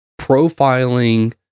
profiling